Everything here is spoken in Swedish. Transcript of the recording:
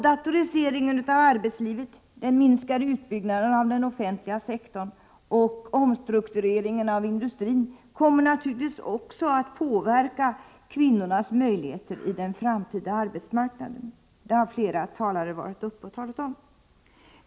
Datoriseringen av arbetslivet, den minskade utbyggnaden av den offentliga sektorn och omstruktureringen av industrin kommer naturligtvis också att påverka kvinnornas möjligheter i den framtida arbetsmarknaden. Detta har flera talare här framhållit.